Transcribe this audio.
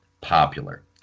popular